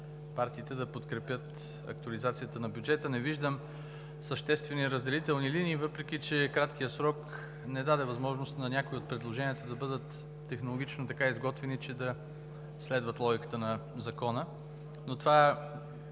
партиите да подкрепят актуализацията на бюджета. Не виждам съществени разделителни линии, въпреки че краткият срок не даде възможност на някои от предложенията да бъдат технологично изготвени, че да следват логиката на Закона, но при